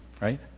right